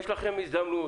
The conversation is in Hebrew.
יש לכם הזדמנות